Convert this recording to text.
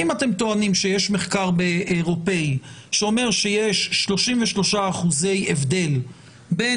אם אתם טוענים שיש מחקר אירופאי שאומר שיש 33 אחוזי הבדל בין